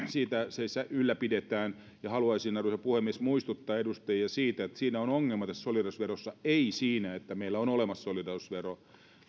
sitä ylläpidetään haluaisin arvoisa puhemies muistuttaa edustajia siitä että tässä solidaarisuusverossa on ongelma ei siinä että meillä on olemassa solidaarisuusvero